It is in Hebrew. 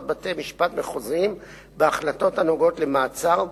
בתי-משפט מחוזיים בהחלטות הנוגעות למעצר,